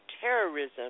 terrorism